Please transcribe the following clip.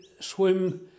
swim